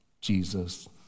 Jesus